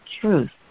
truth